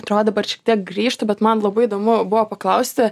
atrodo dabar šiek tiek grįžtu bet man labai įdomu buvo paklausti